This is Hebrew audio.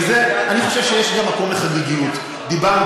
וזה שאני חושב שיש גם מקום לחגיגיות.